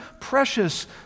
precious